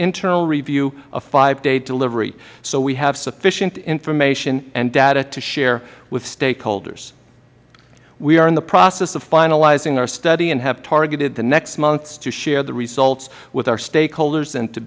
internal review of five day delivery so we have sufficient information and data to share with stakeholders we are in the process of finalizing our study and have targeted the next months to share the results with our stakeholders and to